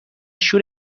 شور